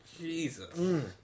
Jesus